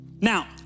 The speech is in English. Now